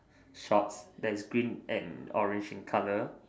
shorts that is green and orange in color